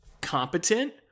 competent